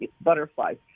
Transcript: butterflies